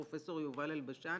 פרופ' יובל אלבשן